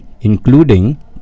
including